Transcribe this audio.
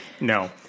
No